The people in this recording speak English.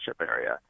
area